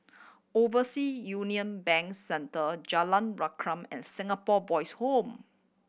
Oversea Union Bank Center Jalan Rukam and Singapore Boys' Home